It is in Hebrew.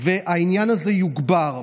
והעניין הזה יוגבר.